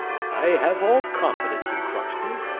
i have all confidence in crockston,